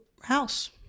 house